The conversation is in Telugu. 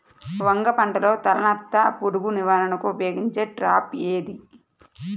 వంగ పంటలో తలనత్త పురుగు నివారణకు ఉపయోగించే ట్రాప్ ఏది?